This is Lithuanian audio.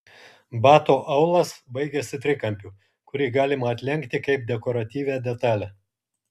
bato aulas baigiasi trikampiu kurį galima atlenkti kaip dekoratyvią detalę